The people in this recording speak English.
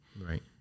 Right